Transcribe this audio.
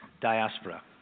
diaspora